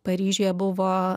paryžiuje buvo